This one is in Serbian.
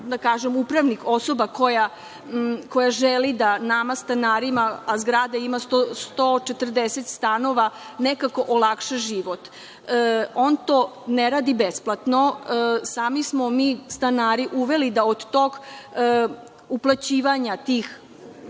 da kažem upravnik, osoba koja želi da nama stanarima, a zgrada ima 140 stanova, nekako olakša život. On to ne radi besplatno. Sami smo mi stanari uveli da od uplaćivanja tih